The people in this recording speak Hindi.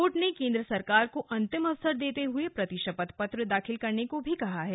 कोर्ट ने केंद्र सरकार को अंतिम अवसर देते हुए उससे प्रतिशपथ पत्र दाखिल करने को भी कहा है